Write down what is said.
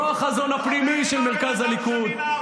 לא החזון הפנימי של מרכז הליכוד,